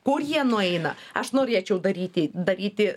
kur jie nueina aš norėčiau daryti daryti